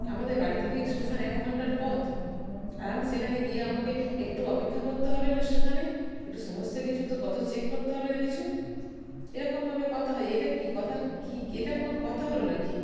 আমাদের বাড়ি থেকে স্টেশান এক ঘন্টার পথ আর আমি সেখানে গিয়ে আমাকে একটু অপেক্ষা করতে হবে না স্টেশানে এটু সমস্ত কিছু তো কত চেক করতে হবে না কিছু এরকমভাবে কতা হয় এটা কি কথার কি এটা কোনো কথা হলো নাকি